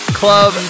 club